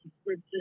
subscription